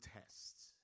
tests